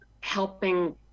helping